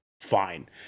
fine